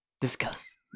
Discuss